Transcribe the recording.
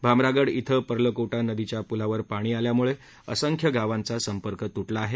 भामरागड इथं पर्लको मदीच्या पुलावर पाणी आल्यामुळे असंख्य गावांचा संपर्क तु आि आहे